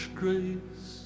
grace